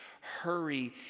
Hurry